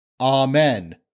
Amen